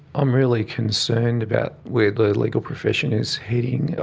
i'm really concerned about where the legal profession is heading.